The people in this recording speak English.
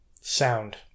sound